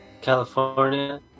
California